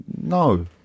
no